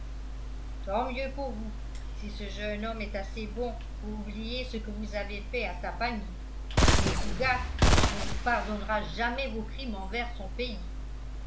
tant mieux pour vous si ce jeune homme est assez bon pour oublier ce que vous avez fait à sa famille mais fougas ne vous pardonnera jamais vos crimes envers son pays